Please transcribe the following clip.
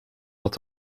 dat